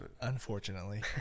unfortunately